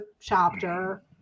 chapter